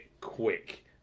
quick